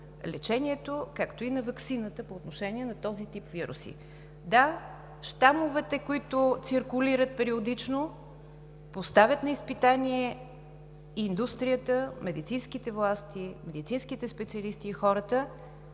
лечението, както и на ваксината по отношение на този тип вируси. Да, щамовете, които циркулират периодично, поставят на изпитания индустрията, медицинските власти, медицинските специалисти и хората,